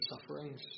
sufferings